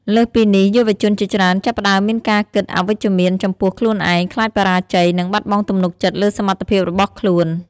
លើសពីនេះ យុវជនជាច្រើនចាប់ផ្ដើមមានការគិតអវិជ្ជមានចំពោះខ្លួនឯង ខ្លាចបរាជ័យ និងបាត់បង់ទំនុកចិត្តលើសមត្ថភាពរបស់ខ្លួន។